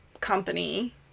company